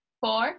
four